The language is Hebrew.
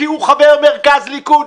כי הוא חבר מרכז ליכוד,